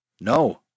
No